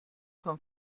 vom